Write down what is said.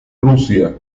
rusia